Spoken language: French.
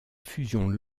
fusion